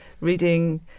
reading